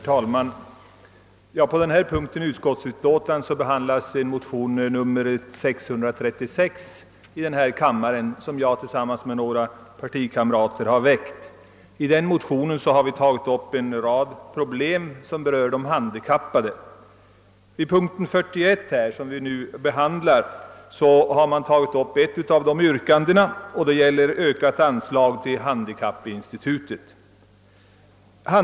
Herr talman! På denna punkt i utskottets utlåtande behandlas motionen II: 636, vilken jag tillsammans med några partikamrater har väckt. I denna motion har vi tagit upp en rad problem som berör de handikappade. Under p. 41 behandlas ett av våra yrkanden, som gäller ökat anslag till handikappinstitutet.